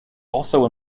also